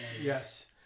Yes